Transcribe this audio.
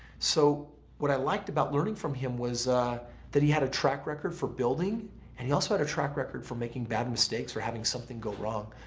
so what i liked about learning from him was that he had a track record for building and he also had a track record for making bad mistakes or having something go wrong.